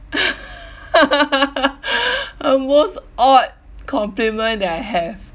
uh most odd compliment that I have